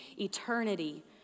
eternity